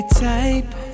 type